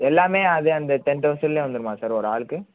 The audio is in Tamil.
எல்லாமே அதே அந்த டென் தௌசண்ட்லியே வந்துருமா சார் ஒரு ஆளுக்கு